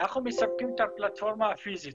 אנחנו מספקים את הפלטפורמה הפיזית.